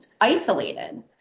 isolated